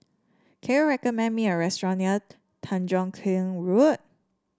can you recommend me a restaurant near Tanjong Kling Road